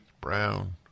brown